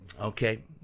Okay